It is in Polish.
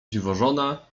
dziwożona